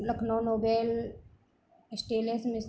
Lucknow Nobel stainless में